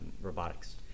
robotics